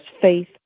faith